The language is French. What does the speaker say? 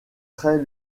très